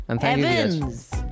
Evans